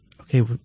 okay